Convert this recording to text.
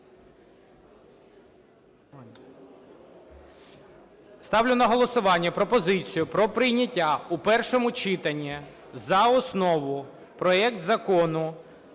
Ставлю на голосування пропозицію про прийняття в першому читанні за основу проект Закону